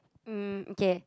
um okay